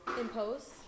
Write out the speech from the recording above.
Impose